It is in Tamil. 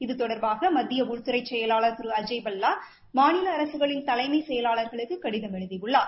இது தொடர்பாக மத்திய உள்துறை செயலாளர் திரு அஜய் பல்லா மாநில அரசுகளின் தலைமைச் செயலாளர்களுக்கு கடிதம் எழுதியுள்ளார்